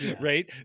Right